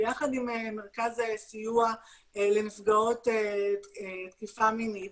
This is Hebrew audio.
ביחד עם מרכז סיוע לנפגעות תקיפה מינית,